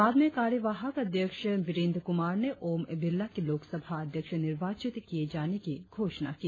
बाद में कार्यवाहक आध्यक्ष वीरेंद्र कुमार ने ओम बिड़ला के लोकसभा अध्यक्ष निर्वाचित किये जाने की घोषणा की